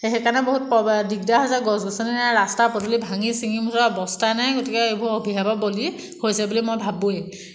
এই সেইকাৰণে বহুত প্ৰব দিগদাৰে হৈছে গছ গছনি নাই ৰাস্তা পদূলি ভাঙি চিঙি মুঠতে অৱস্থাই নাই গতিকে এইবোৰ অভিশাপৰ বলী হৈছে বুলি মই ভাবোঁৱেই